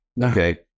Okay